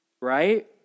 Right